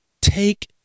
take